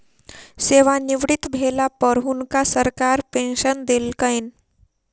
सेवानिवृत भेला पर हुनका सरकार पेंशन देलकैन